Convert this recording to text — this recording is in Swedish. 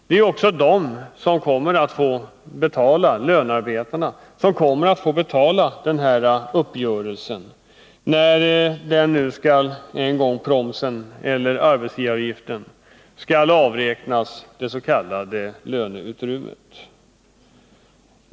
Det är också lönarbetarna som kommer att få betala den här uppgörelsen, när promsen eller arbetsgivaravgiften skall avräknas från det s.k. löneutrymmet.